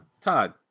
Todd